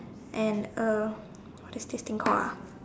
and a what is this thing called ah